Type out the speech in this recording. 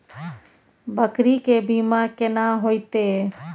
बकरी के बीमा केना होइते?